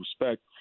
respect